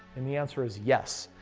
and the answer is yes.